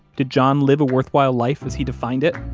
did john live a worthwhile life as he defined it?